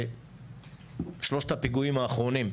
שלושת הפיגועים האחרונים,